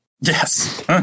Yes